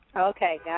Okay